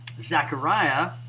Zechariah